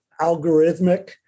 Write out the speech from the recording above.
algorithmic